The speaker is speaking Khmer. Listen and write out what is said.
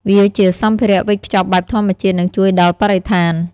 វាជា សម្ភារៈវេចខ្ចប់បែបធម្មជាតិ និងជួយដល់បរិស្ថាន ។